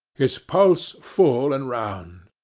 his pulse full and round.